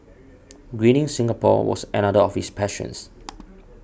greening Singapore was another of his passions